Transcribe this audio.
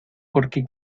porque